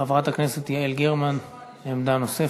חברת הכנסת יעל גרמן, עמדה נוספת.